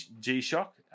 G-Shock